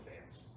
fans